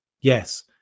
Yes